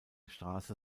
straße